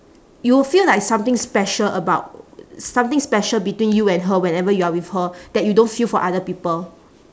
you will feel like something special about something special between you and her whenever you are with her that you don't feel for other people